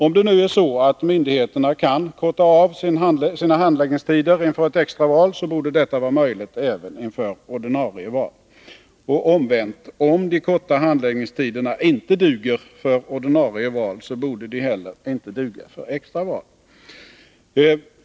Om det nu är så att myndigheterna kan korta av sina handläggningstider inför ett extra val, borde detta vara möjligt även inför ordinarie val och omvänt: om de kortare handläggningstiderna inte duger för ordinarie val, borde de inte heller duga för extra val.